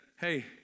hey